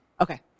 Okay